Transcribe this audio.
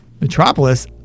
metropolis